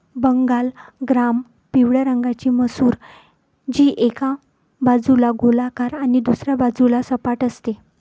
Bengal gram पिवळ्या रंगाची मसूर, जी एका बाजूला गोलाकार आणि दुसऱ्या बाजूला सपाट असते